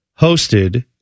hosted